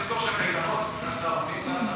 צריך לזכור שהקייטנות והצהרונים,